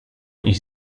iść